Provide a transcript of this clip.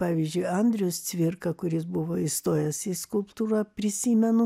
pavyzdžiui andrius cvirka kuris buvo įstojęs į skulptūrą prisimenu